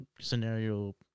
scenario